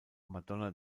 madonna